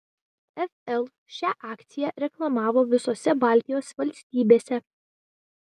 fl šią akciją reklamavo visose baltijos valstybėse